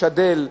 לשדל,